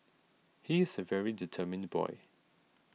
he is a very determined boy